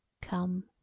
come